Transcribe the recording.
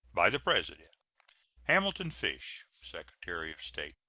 by the president hamilton fish, secretary of state.